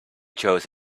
chose